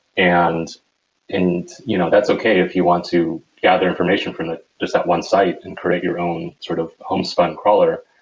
and and you know that's okay if you want to gather information from just that one site and create your own sort of homespun crawler.